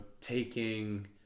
taking